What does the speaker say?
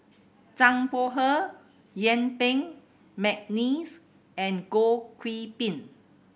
Zhang Bohe Yuen Peng McNeice and Goh Qiu Bin